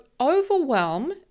overwhelm